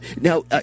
now